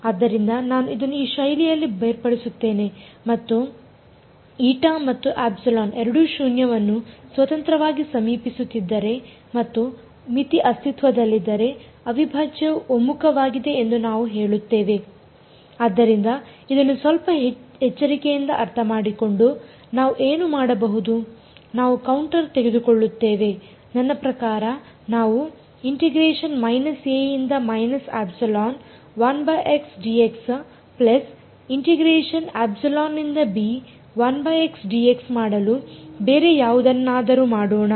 ಆದ್ದರಿಂದ ನಾನು ಇದನ್ನು ಈ ಶೈಲಿಯಲ್ಲಿ ಬೇರ್ಪಡಿಸುತ್ತೇನೆ ಮತ್ತು η ಮತ್ತು ε ಎರಡೂ ಶೂನ್ಯವನ್ನು ಸ್ವತಂತ್ರವಾಗಿ ಸಮೀಪಿಸುತ್ತಿದ್ದರೆ ಮತ್ತು ಮಿತಿ ಅಸ್ತಿತ್ವದಲ್ಲಿದ್ದರೆ ಅವಿಭಾಜ್ಯವು ಒಮ್ಮುಖವಾಗಿದೆ ಎಂದು ನಾವು ಹೇಳುತ್ತೇವೆ ಆದ್ದರಿಂದ ಇದನ್ನು ಸ್ವಲ್ಪ ಹೆಚ್ಚು ಎಚ್ಚರಿಕೆಯಿಂದ ಅರ್ಥಮಾಡಿಕೊಂಡು ನಾವು ಏನು ಮಾಡಬಹುದು ನಾವು ಕೌಂಟರ್ ತೆಗೆದುಕೊಳ್ಳುತ್ತೇವೆ ನನ್ನ ಪ್ರಕಾರ ನಾವು ಮಾಡಲು ಬೇರೆ ಯಾವುದನ್ನಾದರೂ ಮಾಡೋಣ